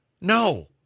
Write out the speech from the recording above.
No